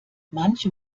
manche